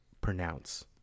pronounce